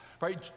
right